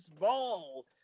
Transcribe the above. ball